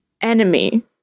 enemy